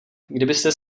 kdybyste